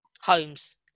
Holmes